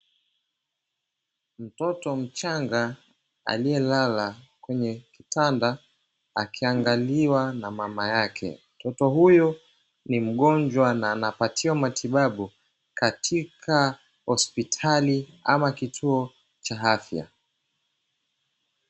Mtoto mchanga aliyelala kwenye kitanda akiangaliwa na mama yake. Mtoto huyo ni mgonjwa na anapatiwa matibabu katika hospitali ama kituo cha afya.